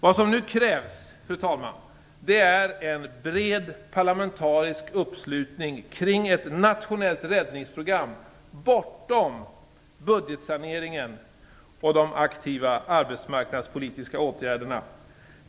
Vad som nu krävs, fru talman, är en bred parlamentarisk uppslutning kring ett nationellt räddningsprogram bortom budgetsaneringen och de aktiva arbetsmarknadspolitiska åtgärderna.